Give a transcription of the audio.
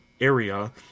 area